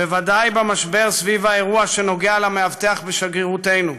בוודאי במשבר סביב האירוע שנוגע למאבטח בשגרירותנו.